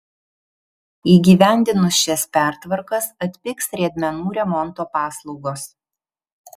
įgyvendinus šias pertvarkas atpigs riedmenų remonto paslaugos